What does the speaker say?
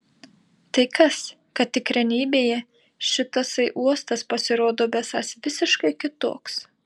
tai kas kad tikrenybėje šitasai uostas pasirodo besąs visiškai kitoks